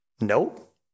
Nope